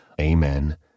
amen